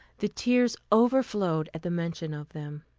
the tears overflowed at the mention of them.